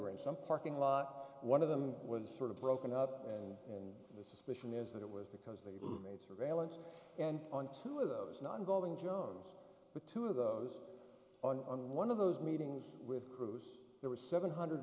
were in some parting lot one of them was sort of broken up and the suspicion is that it was because they made surveillance and on two of those not involving jones but two of those on one of those meetings with groups there were seven hundred